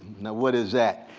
now what is that?